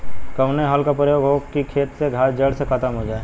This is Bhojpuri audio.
कवने हल क प्रयोग हो कि खेत से घास जड़ से खतम हो जाए?